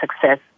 success